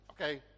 okay